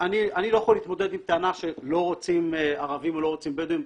אני לא יכול להתמודד עם טענה שלא רוצים ערבים או לא רוצים בדואים.